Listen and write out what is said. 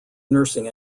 nursing